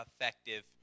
effective